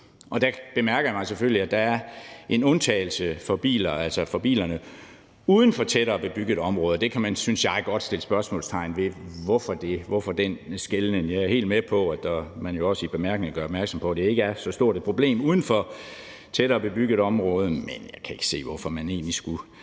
nu. Der bemærker jeg selvfølgelig, at der er en undtagelse for bilerne uden for tættere bebyggede områder. Det kan man, synes jeg, godt sætte spørgsmålstegn ved – hvorfor den skelnen? Jeg er helt med på, at man jo også i bemærkningerne gør opmærksom på, at det ikke er så stort et problem uden for tættere bebyggede områder, men jeg kan ikke se, hvorfor man egentlig skulle